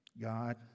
God